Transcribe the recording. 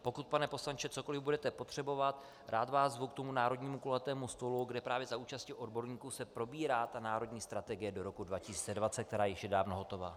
Pokud, pane poslanče, cokoli budete potřebovat, rád vás zvu k tomu národnímu kulatému stolu, kde právě za účasti odborníků se probírá národní strategie do roku 2020, která je již dávno hotová.